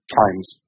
times